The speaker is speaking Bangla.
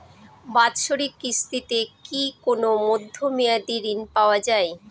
বাৎসরিক কিস্তিতে কি কোন মধ্যমেয়াদি ঋণ পাওয়া যায়?